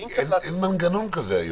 ואם צריך --- אין מנגנון כזה היום.